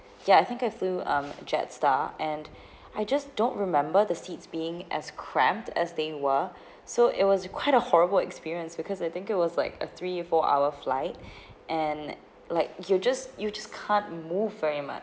ya I think I flew um jetstar and I just don't remember the seats being as cramped as they were so it was quite a horrible experience because I think it was like a three four hour flight and like you just you just can't move very much